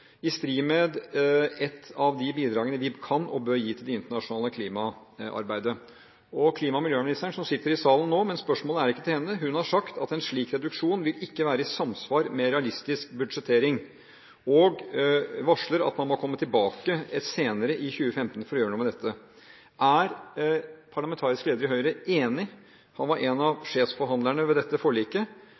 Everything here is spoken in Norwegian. i strid med et av de bidragene vi kan og bør gi til det internasjonale klimaarbeidet. Klima- og miljøministeren, som sitter i salen nå – spørsmålet er ikke til henne – har sagt at en slik reduksjon ikke vil være i samsvar med realistisk budsjettering og varsler at man må komme tilbake senere i 2015 for å gjøre noe med dette. Er parlamentarisk leder i Høyre enig? Han var en av sjefforhandlerne ved dette forliket